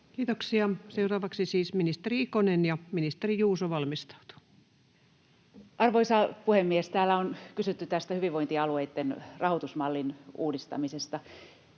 Kiitoksia. — Seuraavaksi siis ministeri Ikonen, ja ministeri Juuso valmistautuu. Arvoisa puhemies! Täällä on kysytty tästä hyvinvointialueitten rahoitusmallin uudistamisesta.